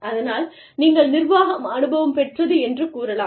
அதனால் நீங்கள் நிர்வாகம் அனுபவம் பெற்றது என்று கூறலாம்